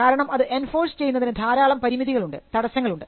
കാരണം അത് എൻഫോഴ്സ് ചെയ്യുന്നതിന് ധാരാളം പരിമിതികളുണ്ട് തടസ്സങ്ങളുണ്ട്